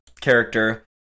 character